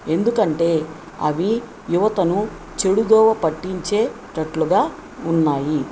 ఎందుకంటే అవి యువతను చెడుదోవ పట్టించేటట్లుగా ఉన్నాయి